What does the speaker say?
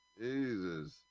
Jesus